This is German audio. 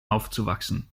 aufzuwachsen